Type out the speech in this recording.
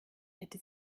hätte